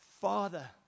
Father